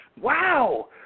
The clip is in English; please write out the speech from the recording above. wow